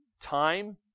time